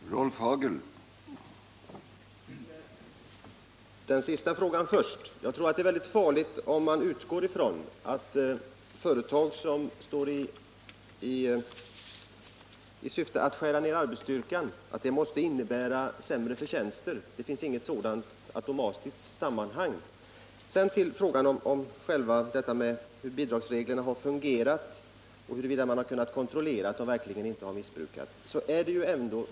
Herr talman! Till den senaste frågan först. Jag tror att det är väldigt farligt, om man utgår ifrån att det måste innebära sämre förtjänster om ett företag skär ner arbetsstyrkan. Det finns inget sådant automatiskt sammanhang. Sedan till frågan om hur bidragsreglerna har fungerat och huruvida man har kunnat kontrollera att de verkligen inte missbrukas.